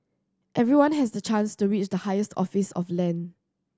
everyone has the chance to reach the highest office of land